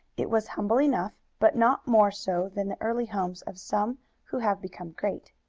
it was humble enough, but not more so than the early homes of some who have become great.